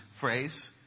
phrase